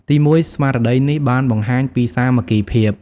ទីមួយ ស្មារតីនេះបានបង្ហាញពី សាមគ្គីភាព។